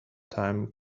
time